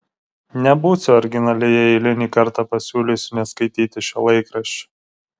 nebūsiu originali jei eilinį kartą pasiūlysiu neskaityti šio laikraščio